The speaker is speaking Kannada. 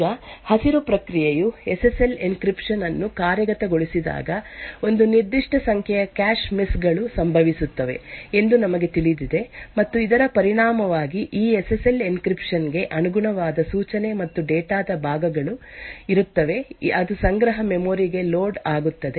ಈಗ ಹಸಿರು ಪ್ರಕ್ರಿಯೆಯು ಎಸ್ ಎಸ್ ಎಲ್ ಎನ್ಕ್ರಿಪ್ಶನ್ ಅನ್ನು ಕಾರ್ಯಗತಗೊಳಿಸಿದಾಗ ಒಂದು ನಿರ್ದಿಷ್ಟ ಸಂಖ್ಯೆಯ ಕ್ಯಾಶ್ ಮಿಸ್ ಗಳು ಸಂಭವಿಸುತ್ತವೆ ಎಂದು ನಮಗೆ ತಿಳಿದಿದೆ ಮತ್ತು ಇದರ ಪರಿಣಾಮವಾಗಿ ಈ ಎಸ್ ಎಸ್ ಎಲ್ ಎನ್ಕ್ರಿಪ್ಶನ್ ಗೆ ಅನುಗುಣವಾದ ಸೂಚನೆ ಮತ್ತು ಡೇಟಾ ದ ಭಾಗಗಳು ಇರುತ್ತವೆ ಅದು ಸಂಗ್ರಹ ಮೆಮೊರಿ ಗೆ ಲೋಡ್ ಆಗುತ್ತದೆ